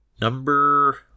number